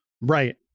right